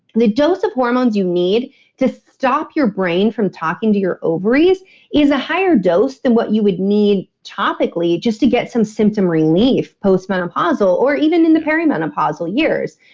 the dose of hormones you need to stop your brain from talking to your ovaries is a higher dose than what you would need topically just to get some symptom relief, post-menopausal or even in the perimenopausal years.